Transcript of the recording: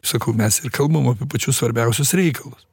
sakau mes ir kalbam apie pačius svarbiausius reikalus